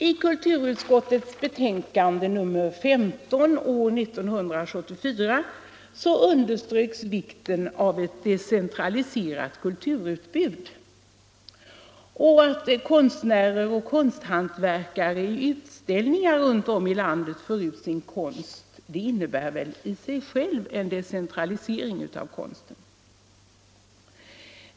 I kulturutskottets betänkande nr 15 år 1974 underströks vikten av ett decentraliserat kulturutbud. Att konstnärer och konsthantverkare i utställningar runt om i landet för ut sin konst innebär i sig själv en decentralisering av konsten.